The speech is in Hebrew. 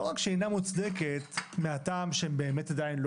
לא רק שהיא אינה מוצדקת מן הטעם שהם באמת עדיין לא